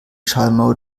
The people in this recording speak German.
schallmauer